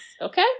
Okay